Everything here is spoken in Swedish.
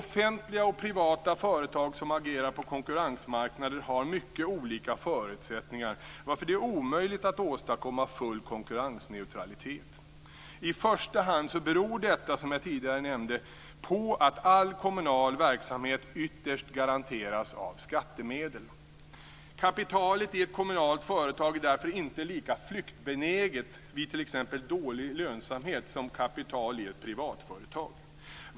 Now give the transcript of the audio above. Offentliga och privata företag som agerar på konkurrensmarknader har mycket olika förutsättningar. Därför är det omöjligt att åstadkomma full konkurrensneutralitet. I första hand beror detta, som jag tidigare nämnde, på att all kommunal verksamhet ytterst garanteras av skattemedel. Kapitalet i ett kommunalt företag är därför inte lika flyktbenäget vid t.ex. dålig lönsamhet som kapitalet i ett privat företag.